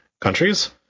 countries